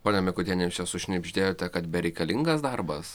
ponia mikutiene sušnibždėjo kad bereikalingas darbas